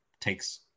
takes